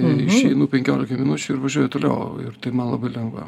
ir išeinu penkiolikai minučių ir važiuoju toliau ir tai man labai lengva